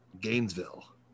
Gainesville